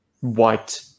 white